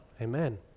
Amen